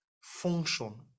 function